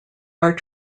are